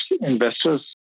investors